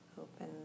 open